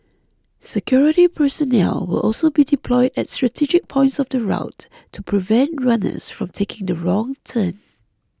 security personnel will also be deployed at strategic points of the route to prevent runners from taking the wrong turn